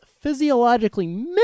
physiologically